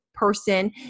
person